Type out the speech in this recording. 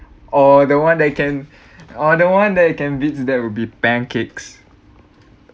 or the one that can or the one that can beats that will be pancakes